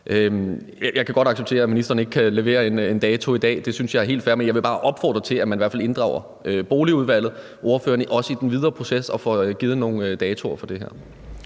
Jeg kan godt acceptere, at ministeren ikke kan levere en dato i dag – det synes jeg er helt fair. Men jeg vil bare opfordre til, at man i hvert fald også inddrager Boligudvalget og ordførerne i den videre proces og får sat nogle datoer for det her.